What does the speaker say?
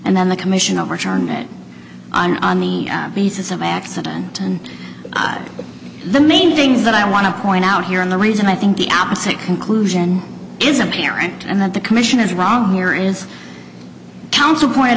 and then the commission overturn it i'm on the add basis of accident and the main things that i want to point out here in the reason i think the opposite conclusion is apparent and that the commission is wrong here is counsel pointed